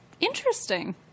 interesting